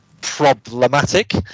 problematic